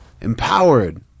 Empowered